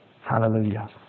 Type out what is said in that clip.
Hallelujah